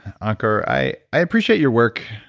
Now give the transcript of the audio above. ankur. i i appreciate your work.